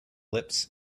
lips